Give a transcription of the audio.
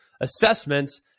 assessments